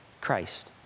Christ